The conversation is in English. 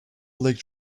lake